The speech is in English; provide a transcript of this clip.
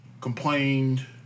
Complained